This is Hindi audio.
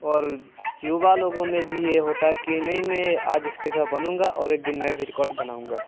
और युवा लोगों में भी ये होता है कि नहीं मैं आज इसके जैसा बनूँगा और एक दिन मैं भी रिकॉर्ड बनाऊँगा